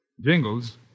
Jingles